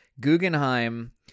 Guggenheim